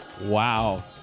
Wow